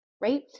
right